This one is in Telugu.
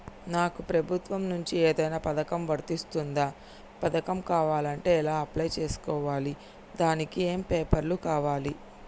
నాకు ప్రభుత్వం నుంచి ఏదైనా పథకం వర్తిస్తుందా? పథకం కావాలంటే ఎలా అప్లై చేసుకోవాలి? దానికి ఏమేం పేపర్లు కావాలి?